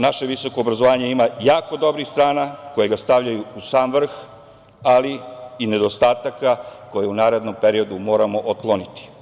Naše visoko obrazovanje ima jako dobrih strana koji ga stavljaju u sam vrh, ali i nedostataka koje u narednom periodu moramo otkloniti.